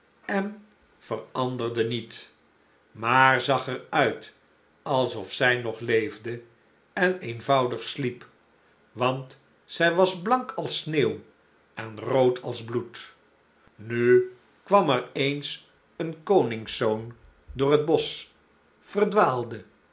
en veranderde niet maar zag er uit alsof zij nog leefde en eenvoudig sliep want zij was blank als sneeuw en rood als bloed nu kwam er eens een koningszoon door het bosch verdwaalde